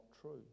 true